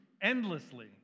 endlessly